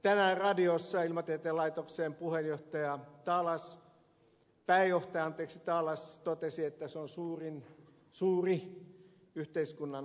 tänään radiossa ilmatieteen laitoksen pääjohtaja taalas totesi että se on suuri yhteiskunnan haitta